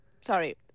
Sorry